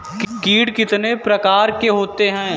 कीट कितने प्रकार के होते हैं?